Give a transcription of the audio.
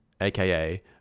aka